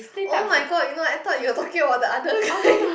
[oh]-my-god you know I thought you were talking about the other guy